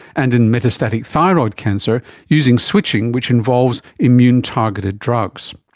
and in metastatic thyroid cancer using switching which involves immune targeted drugs.